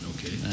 Okay